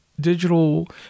digital